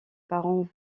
parents